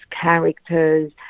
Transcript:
characters